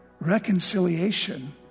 Reconciliation